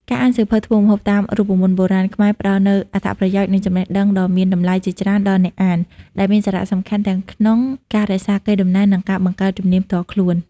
ការអានសៀវភៅធ្វើម្ហូបតាមរូបមន្តបុរាណខ្មែរផ្ដល់នូវអត្ថប្រយោជន៍ និងចំណេះដឹងដ៏មានតម្លៃជាច្រើនដល់អ្នកអាន ដែលមានសារៈសំខាន់ទាំងក្នុងការរក្សាកេរដំណែល និងការបង្កើនជំនាញផ្ទាល់ខ្លួន។